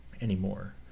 anymore